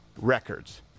records –